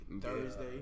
Thursday